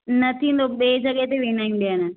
न थींदो ॿिए जॻहि ते वेंदा आहियूं ॾियणु